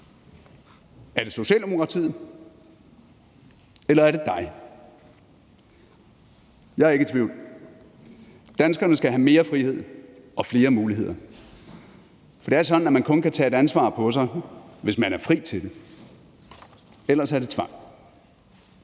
Er det Socialdemokratiet, eller er det dig? Jeg er ikke i tvivl. Danskerne skal have mere frihed og flere muligheder. For det er sådan, at man kun kan tage et ansvar på sig, hvis man er fri til det. Ellers er det tvang.